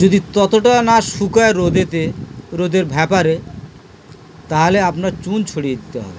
যদি ততটা না শুকায় রোদেতে রোদের ব্যাপারে তাহলে আপনার চুন ছড়িয়ে দিতে হবে